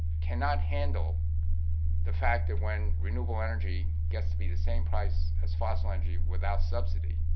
cannot handle the fact that when renewable energy gets to be the same price as fossil energy without subsidy,